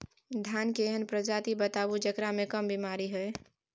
धान के एहन प्रजाति बताबू जेकरा मे कम बीमारी हैय?